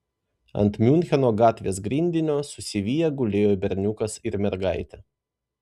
ant miuncheno gatvės grindinio susiviję gulėjo berniukas ir mergaitė